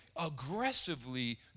aggressively